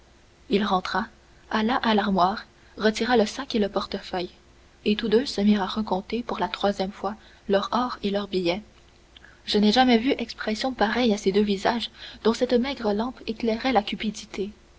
il rentra alla à l'armoire retira le sac et le portefeuille et tous deux se mirent à recompter pour la troisième fois leur or et leurs billets je n'ai jamais vu expression pareille à ces deux visages dont cette maigre lampe éclairait la cupidité